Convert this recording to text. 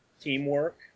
teamwork